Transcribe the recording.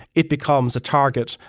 it becomes a target.